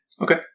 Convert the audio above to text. Okay